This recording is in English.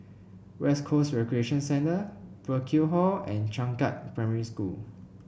West Coast Recreation Centre Burkill Hall and Changkat Primary School